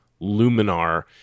Luminar